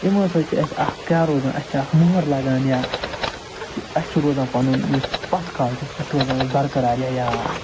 یِمو سۭتۍ چھُ اسہِ اَکھ کیٛاہ روزان اسہِ چھُ اکھ موٚہَر لَگان یا کہِ اسہِ چھُ روزان پَنُن یُس پتھ کال چھُ سُہ چھُ روزان اسہِ برقرار یا یاد